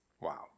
Wow